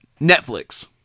Netflix